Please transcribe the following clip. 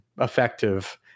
effective